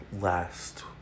last